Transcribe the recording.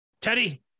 Teddy